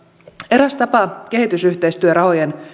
eräs tapa kehitysyhteistyörahojen